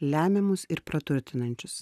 lemiamus ir praturtinančius